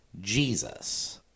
Jesus